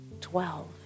twelve